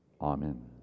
Amen